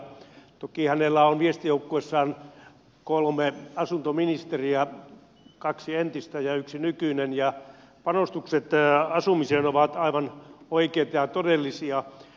toki hänellä on viestijoukkueessaan kolme asuntoministeriä kaksi entistä ja yksi nykyinen ja panostukset asumiseen ovat aivan oikeita ja todellisia